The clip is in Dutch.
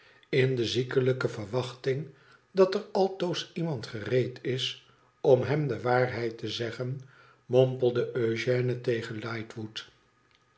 iln de ziekelijke verwachting dat er altoos iemand gereed is om hem de waarheid te zeggen mompelde eugène tegen lightwood